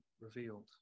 revealed